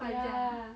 ya